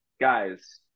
guys